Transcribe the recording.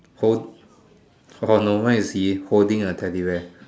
hold orh no mine is he is holding a teddy bear